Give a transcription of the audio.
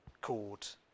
called